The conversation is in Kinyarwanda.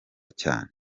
cyane